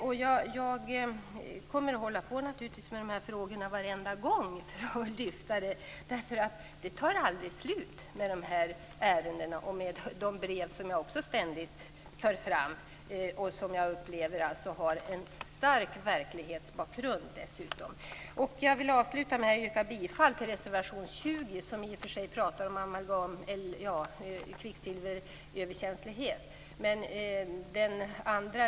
Jag kommer att hålla på med de här frågorna varenda gång för att lyfta dem. De här ärendena tar nämligen aldrig slut. Jag får ständigt brev, som jag också för fram. Jag upplever att de har en stark verklighetsbakgrund. Jag vill avsluta med att yrka bifall till reservation 20 som i och för sig handlar om kvicksilveröverkänslighet.